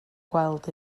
gweld